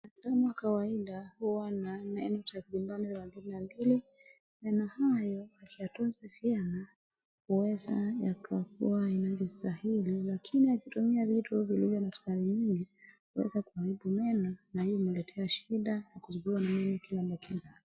Mwanadamu wa kawaida huwa na meno takriban thelathini na mbili. Meno hayo akiyatunza vyema, huweza yakawa inavyostahili. Lakini akitumia vitu vilivyo na sukari nyingi, huweza kuharibu meno na hii kumletea shida na kusumbuliwa na meno kila dakika.